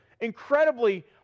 incredibly